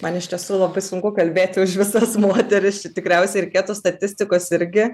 man iš tiesų labai sunku kalbėti už visas moteriš tikriausiai reikėtų statistikos irgi